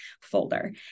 folder